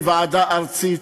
אין ועדה ארצית.